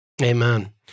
Amen